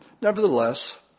Nevertheless